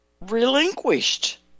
relinquished